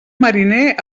mariner